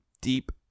deep